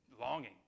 longing